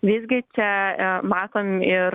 visgi čia matom ir